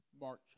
March